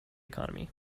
economy